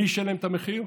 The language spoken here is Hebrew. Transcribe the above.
מי ישלם את המחיר,